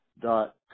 dot